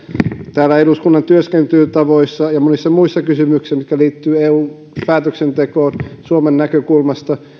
täällä eduskunnan työskentelytavoissa ja monissa muissa kysymyksissä mitkä liittyvät eun päätöksentekoon suomen näkökulmasta